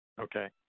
Okay